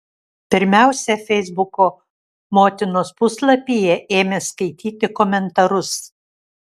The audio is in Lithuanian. pirmiausia feisbuko motinos puslapyje ėmė skaityti komentarus